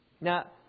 Now